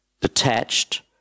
detached